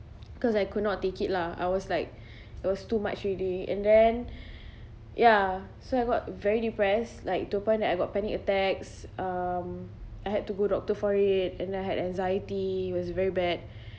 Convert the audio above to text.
because I could not take it lah I was like it was too much already and then ya so I got very depressed like to the point that I got panic attacks um I had to go doctor for it and I had anxiety it was very bad